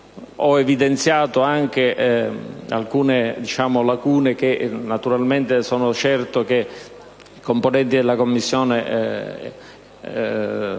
Ho evidenziato anche talune lacune che sono certo i componenti della Commissione